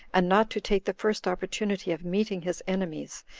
and not to take the first opportunity of meeting his enemies,